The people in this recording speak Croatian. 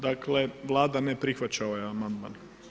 Dakle Vlada ne prihvaća ovaj amandman.